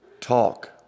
Talk